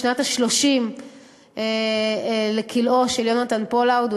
בשנת ה-30 לכלאו של יונתן פולארד,